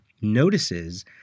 notices